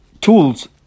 tools